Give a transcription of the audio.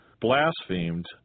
blasphemed